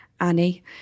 Annie